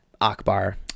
Akbar